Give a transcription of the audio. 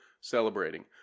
celebrating